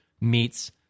meets